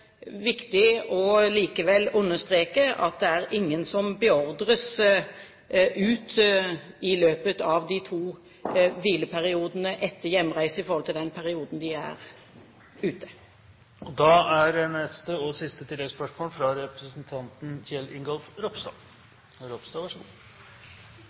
er ingen som beordres ut i løpet av de to hvileperiodene etter hjemreise i forhold til den perioden de er ute.